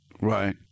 Right